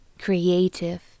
creative